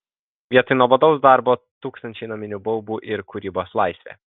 vietoj nuobodaus darbo tūkstančiai naminių baubų ir kūrybos laisvė